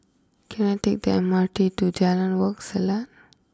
can I take the M R T to Jalan Wak Selat